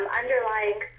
underlying